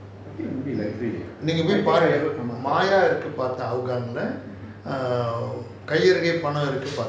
I think maybe library I think I ever come across